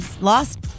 lost